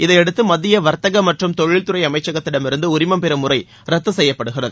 இதையடுத்து மத்திய வர்த்தக மற்றும் தொழில்துறை அமைச்சகத்திடமிருந்து உரிமம் பெறும் முறை ரத்து செய்யப்படுகிறது